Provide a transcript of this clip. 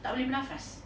tak boleh bernafas